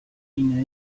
been